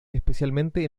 especialmente